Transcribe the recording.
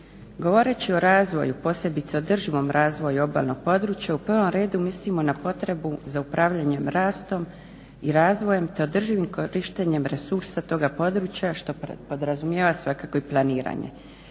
Govoreći o razvoju, posebice održivom razvoju obalnog područja u prvom redu mislimo na potrebu za upravljanjem rastom i razvojem te održivim korištenjem resursa toga područja što podrazumijeva svakako i planiranje.